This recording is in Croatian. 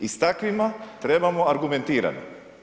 I s takvima trebamo argumentirano.